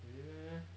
really meh